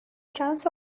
chance